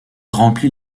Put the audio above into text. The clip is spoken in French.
remplit